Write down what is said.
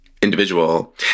individual